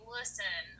listen